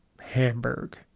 Hamburg